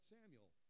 Samuel